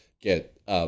get